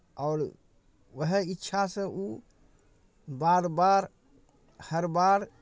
आओर उएह इच्छासँ ओ बार बार हर बार